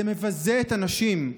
זה מבזה את הנשים,